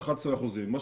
11%. זה